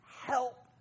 help